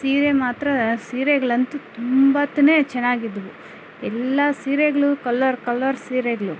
ಸೀರೆ ಮಾತ್ರ ಸೀರೆಗಳಂತು ತುಂಬಾನೇ ಚೆನ್ನಾಗಿದ್ವು ಎಲ್ಲ ಸೀರೆಗಳ ಕಲ್ಲರ್ ಕಲ್ಲರ್ ಸೀರೆಗಳು